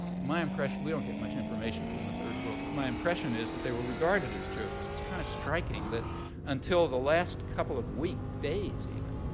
my impression we don't get much information from the third world. but my impression is that they were regarded as jokes. it's kind of striking that until the last couple of days, even,